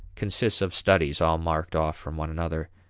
consists of studies all marked off from one another,